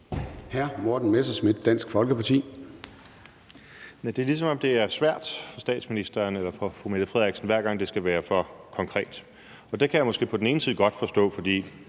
Morten Messerschmidt (DF): Det er, ligesom om det er svært for fru Mette Frederiksen, hver gang det skal være for konkret. Det kan jeg måske på den ene side godt forstå, for